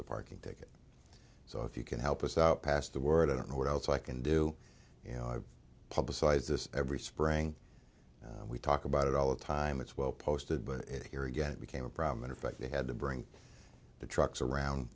the parking ticket so if you can help us out past the word i don't know what else i can do you know publicize this every spring we talk about it all the time it's well posted but here again it became a problem in fact they had to bring the trucks around